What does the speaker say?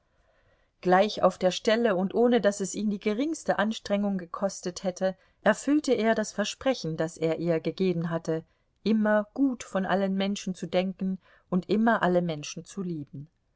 gleich auf der stelle und ohne daß es ihn die geringste anstrengung gekostet hätte erfüllte er das versprechen das er ihr gegeben hatte immer gut von allen menschen zu denken und immer alle menschen zu lieben